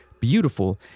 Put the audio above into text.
beautiful